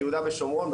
ביהודה ושומרון,